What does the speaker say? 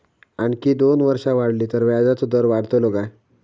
आणखी दोन वर्षा वाढली तर व्याजाचो दर वाढतलो काय?